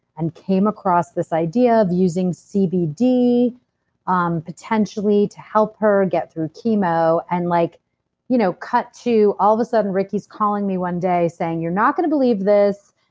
and came across this idea of using cbd, um potentially, to help her get through chemo and like you know cut to, all of a sudden, ricki's calling me one day saying, you're not going to believe this.